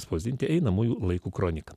spausdinti einamųjų laikų kronika